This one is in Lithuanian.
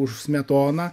už smetoną